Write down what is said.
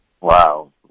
Wow